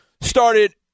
started